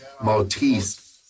Maltese